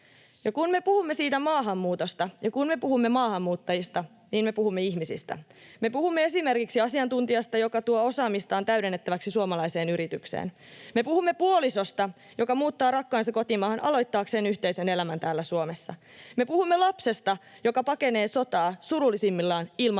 Kun me puhumme maahanmuutosta ja kun me puhumme maahanmuuttajista, niin me puhumme ihmisistä: Me puhumme esimerkiksi asiantuntijasta, joka tuo osaamistaan täydennettäväksi suomalaiseen yritykseen. Me puhumme puolisosta, joka muuttaa rakkaansa kotimaahan aloittaakseen yhteisen elämän täällä Suomessa. Me puhumme lapsesta, joka pakenee sotaa, surullisimmillaan ilman vanhempiaan,